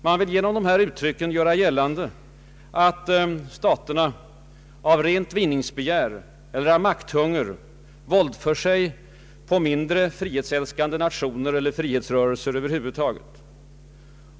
Man vill genom dessa uttryck göra gällande att staterna av rent vinningsbegär eller av makthunger våldför sig på mindre, frihetsälskande nationer eller frihetsrörelser över huvud taget.